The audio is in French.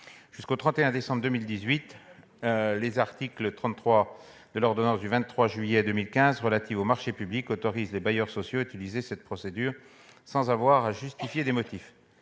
Jusqu'au 31 décembre 2018, l'article 33 de l'ordonnance du 23 juillet 2015 relative aux marchés publics autorise les bailleurs sociaux à utiliser cette procédure sans avoir à en justifier. Cette